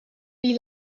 wie